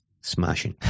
smashing